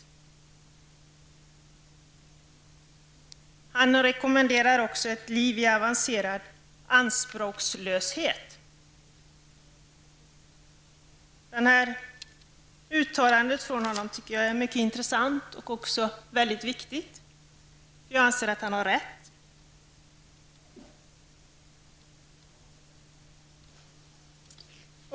Maurice Strong rekommenderar också ''ett liv i avancerad anspråkslöshet''. Dessa uttalanden från Maurice Strong är mycket intressanta och väldigt viktiga. Jag anser att han har rätt.